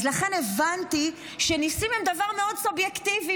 אז לכן הבנתי שניסים הם דבר מאוד סובייקטיבי,